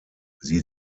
sie